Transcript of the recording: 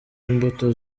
imbuto